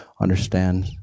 understand